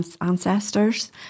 ancestors